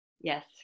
Yes